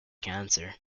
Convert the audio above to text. cancer